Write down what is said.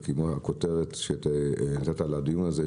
כמו הכותרת שנתת לדיון הזה,